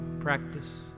practice